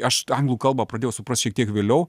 aš anglų kalbą pradėjau suprast šiek tiek vėliau